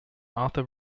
arthur